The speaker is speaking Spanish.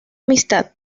amistad